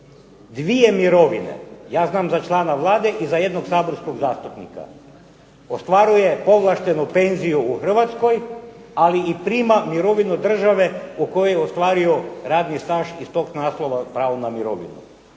dvije mirovine. Ja znam za člana Vlade i za jednog saborskog zastupnika. Ostvaruje povlaštenu penziju u Hrvatskoj, ali i prima mirovinu države u kojoj je ostvario radni staž iz tog naslova pravo na mirovinu.